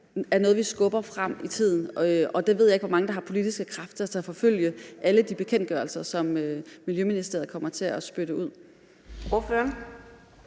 er noget, vi skubber frem i tiden. Og det ved jeg ikke hvor mange der har politiske kræfter til at forfølge med alle de bekendtgørelser, som Miljøministeriet kommer til at spytte ud.